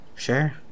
sure